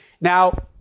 Now